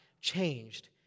changed